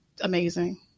amazing